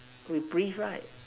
we breathe right